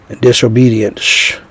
disobedience